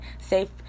safe